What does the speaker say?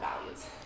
values